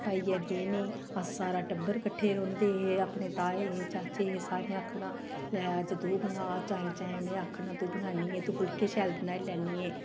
पाइयै देनी अस सारा टब्बर कट्ठे रौंह्दे हे अपने ताए हे चाचे हे सारे आखना लै अज्ज तू बनाऽ चाएं चाएं उनें आखना तू बनान्नी ऐ तूं फुलके शैल बनाई लैन्नी ऐ